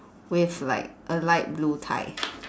with like a light blue tie